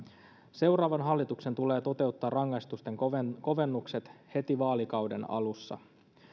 seuraavan hallituksen tulee toteuttaa rangaistusten kovennukset heti vaalikauden alussa